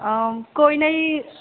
ਕੋਈ ਨਾ ਜੀ